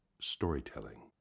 storytelling